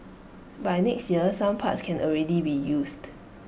by next year some parts can already be used